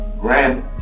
grand